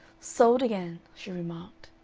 sold again, she remarked.